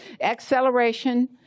acceleration